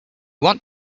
want